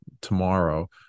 tomorrow